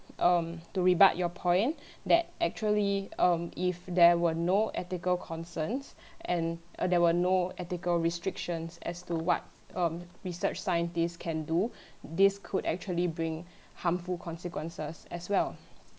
um to rebut your point that actually um if there were no ethical concerns and uh there were no ethical restrictions as to what um research scientist can do this could actually bring harmful consequences as well